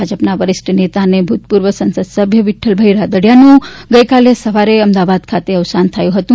ભાજપના વરિષ્ઠ નેતા અને ભૂતપૂર્વ સંસદ સભ્ય વિક્રલભાઇ રાદડિયાનું ગઇકાલે સવારે અમદાવાદ ખાતે અવસાન થયું હતું